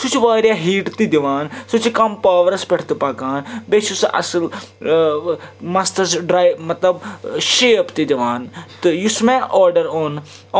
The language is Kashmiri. سُہ چھُ واریاہ ہیٖٹ تہِ دِوان سُہ چھُ کَم پاورَس پٮ۪ٹھ تہِ پَکان بیٚیہِ چھُ سُہ اصٕل ٲں مَستَس ڈرٛاے مطلب ٲں شیپ تہِ دِوان ٲں تہٕ یُس مےٚ آرڈَر اوٚن